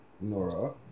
Nora